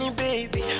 baby